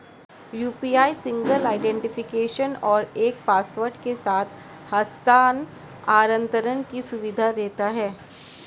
UPI single identification और एक password के साथ हस्थानांतरण की सुविधा देता है